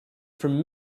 from